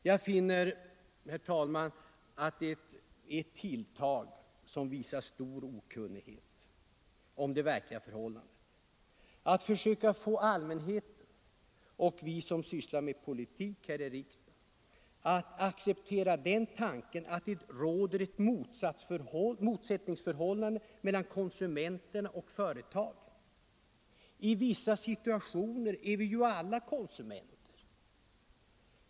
Jag finner, herr talman, det vara ett tilltag som visar stor okunnighet om det verkliga förhållandet att försöka få allmänheten och även oss politiker att acceptera den tanken att det råder ett motsättningsförhållande mellan konsumenterna och företagen. I vissa situationer är vi ju alla konsumenter.